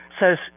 says